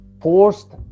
forced